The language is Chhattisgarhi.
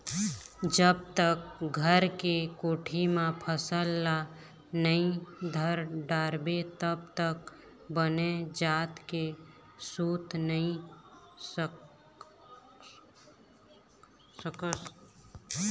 जब तक घर के कोठी म फसल ल नइ धर डारबे तब तक बने जात के सूत नइ सकस